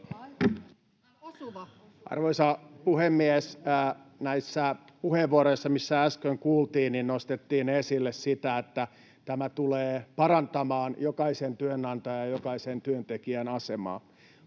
Arvoisa puhemies! Näissä puheenvuoroissa, mitä äsken kuultiin, nostettiin esille sitä, että tämä tulee parantamaan jokaisen työnantajan ja jokaisen työntekijän asemaa.